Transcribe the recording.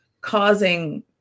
causing